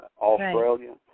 Australia